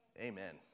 Amen